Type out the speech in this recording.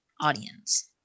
audience